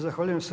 Zahvaljujem se.